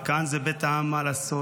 וכאן זה בית העם, מה לעשות?